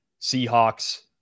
Seahawks